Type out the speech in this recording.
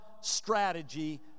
strategy